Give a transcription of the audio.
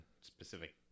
specific